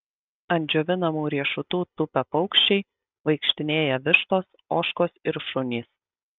ant džiovinamų riešutų tupia paukščiai vaikštinėja vištos ožkos ir šunys